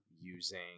using